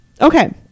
Okay